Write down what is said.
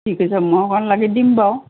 ঠিক আছে মই অকণমান লাগি দিম বাৰু